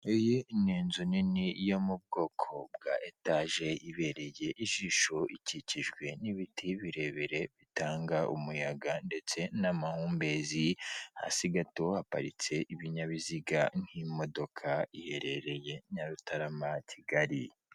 Iyi ni inzu nini yo mu bwoko bwa etaje ibereye ijisho ikikijwe n'ibiti birebire bitanga umuyaga ndetse n'amahumbezi, hasi haparitse ibinyabiziga nk'imodoka iherereye Nyarutarama Kigali.